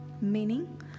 meaning